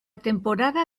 temporada